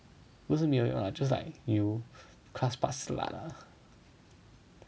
不是没有用 just like you class part slut ah